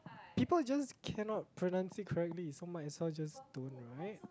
people just cannot pronounce it correctly so might as well just don't right